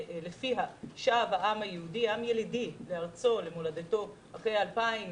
לפיה שב העם היהודי עם ילידי לארצו ומולדתו אחרי 2,000